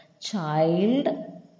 child